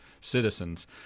citizens